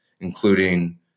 including